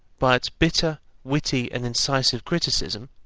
by its bitter, witty and incisive criticism,